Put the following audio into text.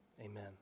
amen